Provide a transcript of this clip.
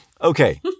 Okay